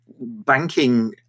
banking